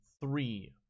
three